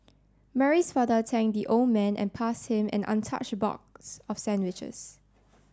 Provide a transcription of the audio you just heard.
Mary's father thanked the old man and passed him an untouched box of sandwiches